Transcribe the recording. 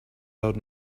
out